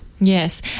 Yes